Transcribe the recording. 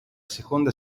seconda